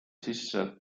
sisse